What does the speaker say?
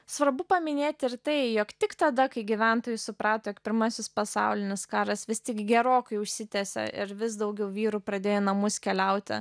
svarbu paminėti ir tai jog tik tada kai gyventojai suprato jog pirmasis pasaulinis karas vis tik gerokai užsitęsė ir vis daugiau vyrų pradėjo į namus keliauti